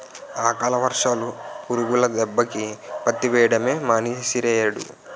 అకాల వర్షాలు, పురుగుల దెబ్బకి పత్తి వెయ్యడమే మానీసేరియ్యేడు